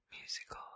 musical